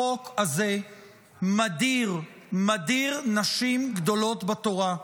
החוק הזה מדיר, מדיר נשים גדולות בתורה.